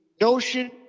notion